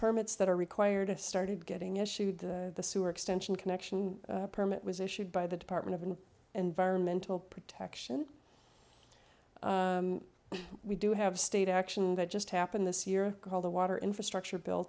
permits that are required of started getting issued the sewer extension connection permit was issued by the department of environmental protection we do have state action that just happened this year called the water infrastructure bill